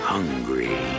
Hungry